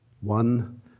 One